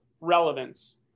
relevance